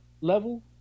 level